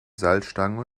salzstangen